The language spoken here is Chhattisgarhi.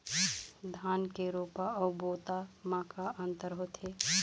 धन के रोपा अऊ बोता म का अंतर होथे?